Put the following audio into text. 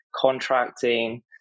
contracting